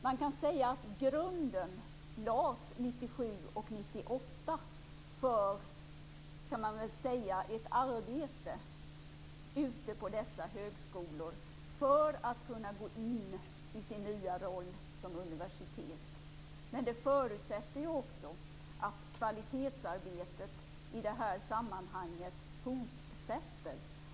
Man kan säga att grunden lades 1997 och 1998 för ett arbete ute på dessa högskolor, så att de skall kunna gå in i sin nya roll som universitet. Men det förutsätter också att kvalitetsarbetet i detta sammanhang fortsätter.